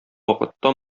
вакытта